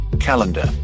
Calendar